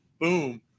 boom